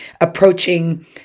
approaching